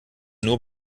nur